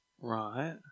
right